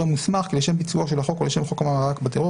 מוסמך כי לשם ביצועו של החוק או של חוק המאבק בטרור,